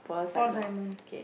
Paul-Simon